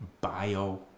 bio